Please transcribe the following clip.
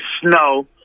snow